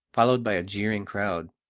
followed by a jeering crowd.